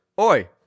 Oi